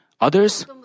Others